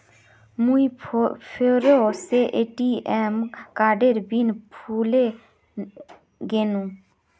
मुई फेरो से ए.टी.एम कार्डेर पिन भूले गेनू